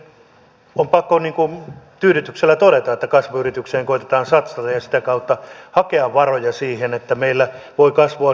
mielestäni on pakko tyydytyksellä todeta että kasvuyrityksiin koetetaan satsata ja sitä kautta hakea varoja siihen että meillä voi kasvua syntyä